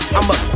I'ma